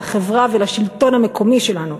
לחברה ולשלטון המקומי שלנו.